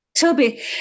Toby